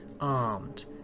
armed